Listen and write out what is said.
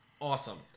Awesome